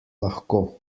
lahko